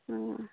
অঁ